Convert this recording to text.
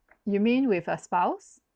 you mean with a spouse